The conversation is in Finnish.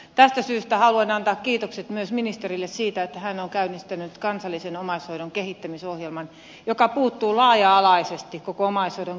tästä syystä haluan antaa kiitokset myös ministerille siitä että hän on käynnistänyt kansallisen omaishoidon kehittämisohjelman joka puuttuu laaja alaisesti koko omaishoidon kenttään